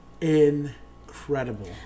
incredible